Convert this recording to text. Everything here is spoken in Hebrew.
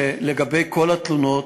שלגבי כל התלונות,